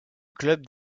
club